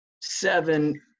seven